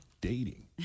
dating